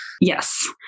Yes